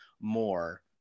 more